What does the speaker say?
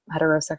heterosexual